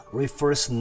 refers